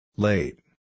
Late